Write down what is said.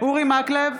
אורי מקלב,